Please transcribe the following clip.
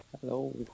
Hello